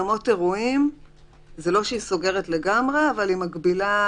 אולמות אירועים לגמרי אבל היא מגבילה